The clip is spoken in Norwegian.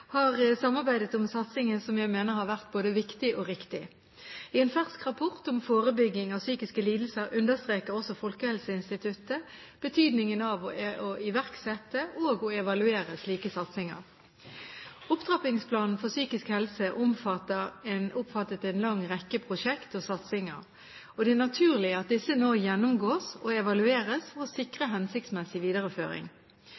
riktig. I en fersk rapport om forebygging av psykiske lidelser understreker også Folkehelseinstituttet betydningen av å iverksette og evaluere slike satsinger. Opptrappingsplanen for psykisk helse omfatter en lang rekke prosjekter og satsinger. Det er naturlig at disse nå gjennomgås og evalueres